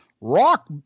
Rock